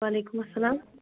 وعلیکُم اسلام